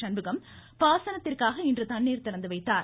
சண்முகம் பாசனத்திற்காக இன்று தண்ணீர் திறந்துவைத்தார்